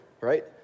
right